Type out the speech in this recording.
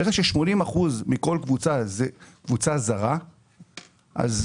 ברגע ש-80% מכל קבוצה זה קבוצה זרה --- ניר,